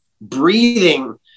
breathing